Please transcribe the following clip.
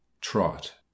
Trot